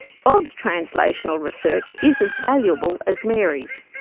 bob's translational research is as valuable as mary's.